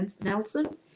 Nelson